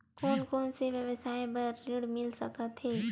कोन कोन से व्यवसाय बर ऋण मिल सकथे?